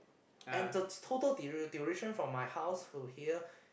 and the total dura~ duration from my house to here